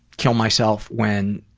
kill myself when